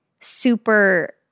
super—